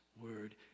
word